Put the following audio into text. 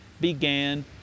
began